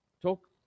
Talk